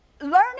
learning